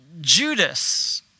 Judas